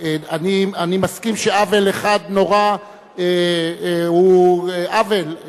אני מסכים שעוול אחד נורא הוא עוול,